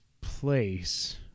place